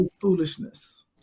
Foolishness